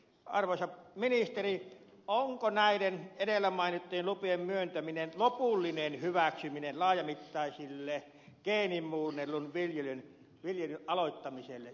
arvoisa ministeri onko näiden edellä mainittujen lupien myöntäminen lopullinen hyväksyminen laajamittaiselle geenimuunnellun viljelyn aloittamiselle suomessa